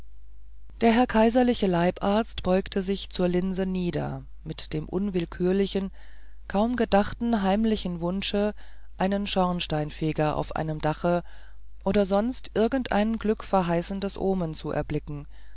der herr kaiserliche leibarzt beugte sich zur linse nieder mit dem unwillkürlichen kaum gedachten heimlichen wunsche einen schornsteinfeger auf einem dache oder sonst irgendein glückverheißendes omen zu erblicken